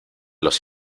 los